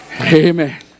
Amen